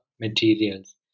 materials